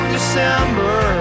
December